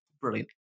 Brilliant